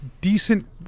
decent